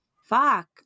fuck